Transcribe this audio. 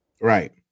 Right